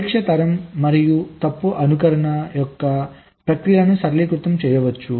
పరీక్ష తరం మరియు తప్పు అనుకరణ యొక్క ప్రక్రియలను సరళీకృతం చేయవచ్చు